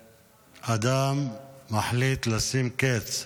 אדם מחליט לשים קץ לחייו,